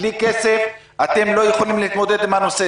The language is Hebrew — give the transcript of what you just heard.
חבר הכנסת משה אבוטבול בלי כסף אתם לא יכולים להתמודד עם הנושא.